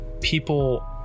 people